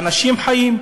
אנשים חיים.